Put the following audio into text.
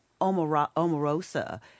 Omarosa